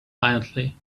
violently